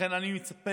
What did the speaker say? לכן אני מצפה